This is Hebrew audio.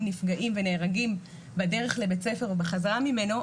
נפגעים ונהרגים בדרך לבית הספר ובחזרה ממנו,